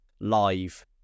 live